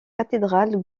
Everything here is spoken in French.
cathédrale